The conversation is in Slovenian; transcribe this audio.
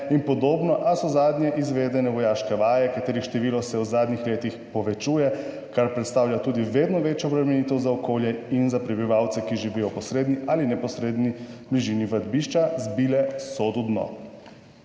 in podobno, a so zadnje izvedene vojaške vaje, katerih število se v zadnjih letih povečuje, kar predstavlja tudi vedno večjo obremenitev za okolje in za prebivalce, ki živijo v posredni ali neposredni bližini vadbišča, zbile sodu dno.